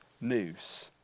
news